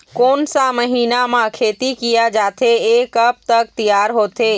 कोन सा महीना मा खेती किया जाथे ये कब तक तियार होथे?